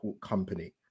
Company